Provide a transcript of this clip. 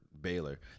Baylor